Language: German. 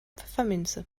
pfefferminze